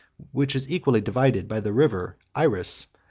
which is equally divided by the river iris,